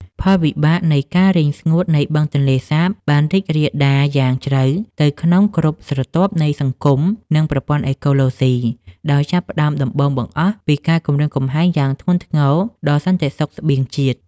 ផលវិបាកនៃការរីងស្ងួតនៃបឹងទន្លេសាបបានរីករាលដាលយ៉ាងជ្រៅទៅក្នុងគ្រប់ស្រទាប់នៃសង្គម និងប្រព័ន្ធអេកូឡូស៊ី ដោយចាប់ផ្តើមដំបូងបង្អស់ពីការគំរាមកំហែងយ៉ាងធ្ងន់ធ្ងរដល់សន្តិសុខស្បៀងជាតិ។